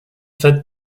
fêtes